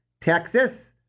Texas